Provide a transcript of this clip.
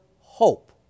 hope